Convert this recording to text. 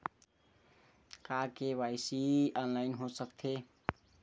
का KYC online हो सकथे?